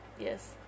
yes